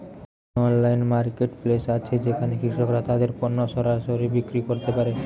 কোন online marketplace আছে যেখানে কৃষকরা তাদের পণ্য সরাসরি বিক্রি করতে পারে?